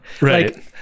Right